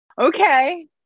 Okay